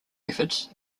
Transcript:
efforts